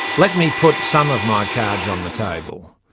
let me put some of my cards on the table.